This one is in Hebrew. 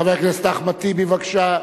חבר הכנסת אחמד טיבי, בבקשה.